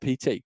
PT